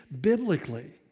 biblically